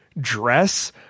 dress